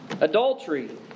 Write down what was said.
Adultery